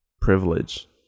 privilege